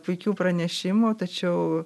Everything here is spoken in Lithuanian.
puikių pranešimų tačiau